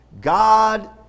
God